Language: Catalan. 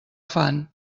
fan